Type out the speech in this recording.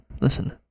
Listen